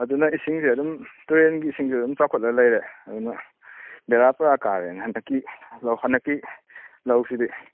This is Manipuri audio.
ꯑꯗꯨꯅ ꯏꯁꯤꯡꯁꯦ ꯑꯗꯨꯝ ꯇꯨꯔꯦꯟꯒꯤ ꯏꯁꯤꯡꯁꯦ ꯑꯗꯨꯝ ꯆꯥꯎꯈꯠꯂ ꯂꯩꯔꯦ ꯑꯗꯨꯅ ꯕꯦꯔꯥ ꯄꯨꯔꯥ ꯀꯥꯔꯦꯅꯦ ꯍꯟꯇꯛꯀꯤ ꯂꯧ ꯍꯟꯗꯛꯇꯤ ꯂꯧꯁꯤꯗꯤ